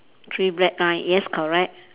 three black eye yes correct